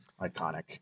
iconic